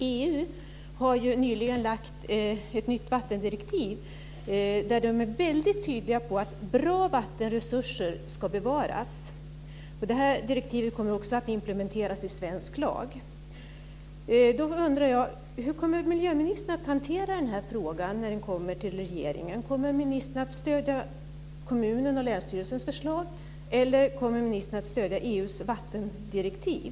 EU har nyligen lagt fram ett nytt vattendirektiv där man är väldigt tydlig om att bra vattenresurser ska bevaras. Direktivet kommer också att implementeras i svensk lag. Hur kommer miljöministern att hantera frågan när den kommer till regeringen? Kommer ministern att stödja kommunens och länsstyrelsens förslag, eller kommer ministern att stödja EU:s vattendirektiv?